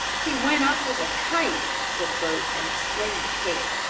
he went up with a kite, said bert, and explained the case,